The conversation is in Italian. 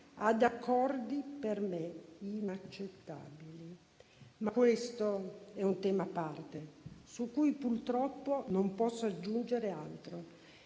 ad accordi per me inaccettabili. Questo, però, è un tema a parte su cui purtroppo non posso aggiungere altro,